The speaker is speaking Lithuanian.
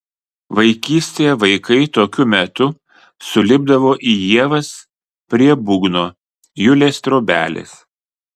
vaikystėje vaikai tokiu metu sulipdavo į ievas prie būgno julės trobelės